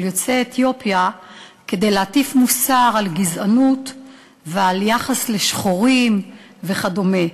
יוצאי אתיופיה כדי להטיף מוסר על גזענות ועל יחס לשחורים וכדומה.